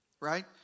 right